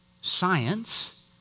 science